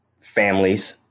families